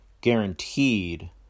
guaranteed